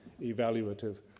evaluative